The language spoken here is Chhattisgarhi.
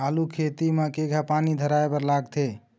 आलू खेती म केघा पानी धराए बर लागथे?